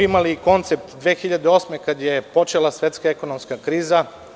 Imali smo koncept 2008. godine kada je počela svetska ekonomska kriza.